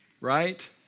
Right